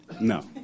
No